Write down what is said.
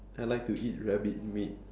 I like to eat rabbit meat